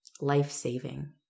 life-saving